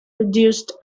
reduced